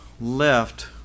left